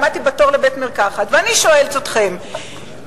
ואני שואלת אתכם,